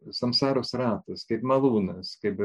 samsaros ratas kaip malūnas kaip